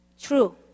true